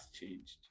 changed